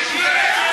פריג'.